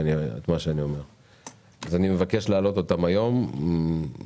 אני מבקש להעלות אותן היום מתוקף